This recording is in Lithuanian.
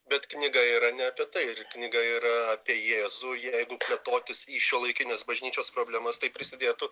bet knyga yra ne apie tai ir knyga yra apie jėzų jeigu plėtotis į šiuolaikinės bažnyčios problemas tai prisidėtų